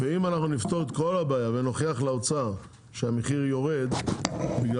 ואם אנחנו נפתור את כל הבעיה ונוכיח לאוצר שהמחיר יורד בגלל